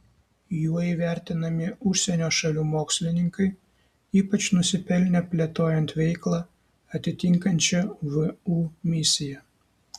juo įvertinami užsienio šalių mokslininkai ypač nusipelnę plėtojant veiklą atitinkančią vu misiją